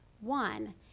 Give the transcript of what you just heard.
One